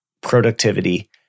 productivity